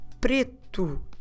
preto